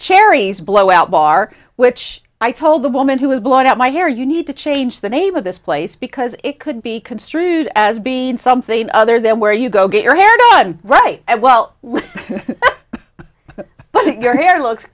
cherries blowout bar which i told the woman who was blown out my hair you need to change the name of this place because it could be construed as being something other than where you go get your hair done right well but your hair looks